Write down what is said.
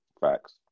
Facts